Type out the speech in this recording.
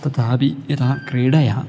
तथापि यथा क्रीडया